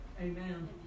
Amen